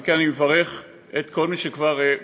אם כן, אני מברך את כל מי שכבר בירכנו,